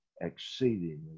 exceedingly